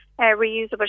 reusable